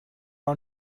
are